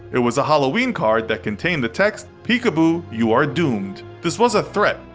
it was a halloween card that contained the text, peek-a-boo, you are doomed. this was a threat,